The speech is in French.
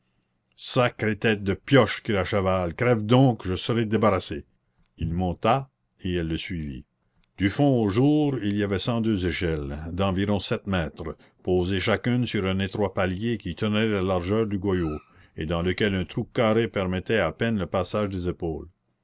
sacrée tête de pioche cria chaval crève donc je serai débarrassé il monta et elle le suivit du fond au jour il y avait cent deux échelles d'environ sept mètres posées chacune sur un étroit palier qui tenait la largeur du goyot et dans lequel un trou carré permettait à peine le passage des épaules